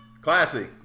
Classy